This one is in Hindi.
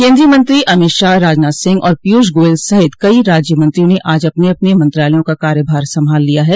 केन्द्रीय मंत्री अमित शाह राजनाथ सिंह और पीयूष गोयल सहित कई राज्य मंत्रियों ने आज अपने अपने मंत्रालयों का कार्यभार संभाला लिया है